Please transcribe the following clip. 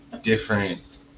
different